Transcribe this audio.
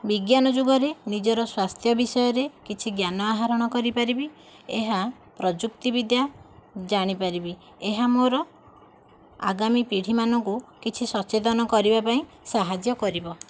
ବିଜ୍ଞାନ ଯୁଗରେ ନିଜର ସ୍ୱାସ୍ଥ୍ୟ ବିଷୟରେ କିଛି ଜ୍ଞାନ ଆହରଣ କରିପାରିବି ଏହା ପ୍ରଯୁକ୍ତି ବିଦ୍ୟା ଜାଣିପାରିବି ଏହା ମୋର ଆଗାମୀ ପିଢ଼ିମାନଙ୍କୁ କିଛି ସଚେତନ କରିବା ପାଇଁ ସାହାଯ୍ୟ କରିବ